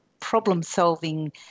problem-solving